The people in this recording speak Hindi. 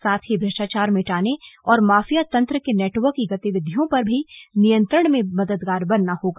साथ ही भ्रष्टाचार मिटाने और माफिया तंत्र के नेटवर्क की गतिविधियों पर भी नियन्त्रण में मददगार बनना होगा